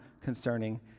concerning